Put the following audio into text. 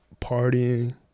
partying